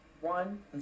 One